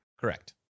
Correct